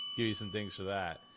give you some things to that.